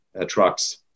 trucks